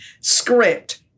script